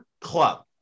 club